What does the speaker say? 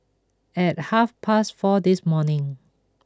at half past four this morning